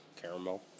caramel